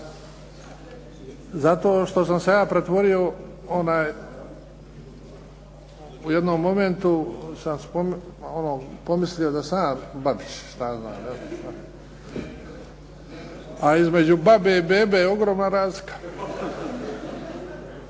Zato što sam se ja pretvorio, u jednom momentu sam pomislio da sam ja … /Govornik se ne razumije./… a između babe i bebe je ogromna razlika.